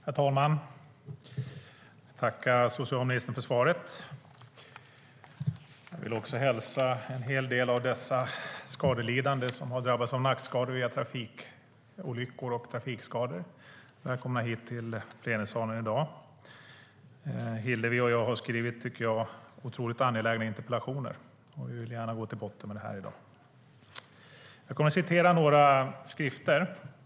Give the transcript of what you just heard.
Herr talman! Jag tackar socialministern för svaret. Jag vill också hälsa en hel del av de skadelidande som drabbats av nackskador och trafikskador i trafikolyckor välkomna hit till plenisalen i dag. Hillevi och jag har skrivit otroligt angelägna interpellationer, och vi vill gärna gå till botten med detta i dag. Jag kommer till en början att läsa ur några skrifter.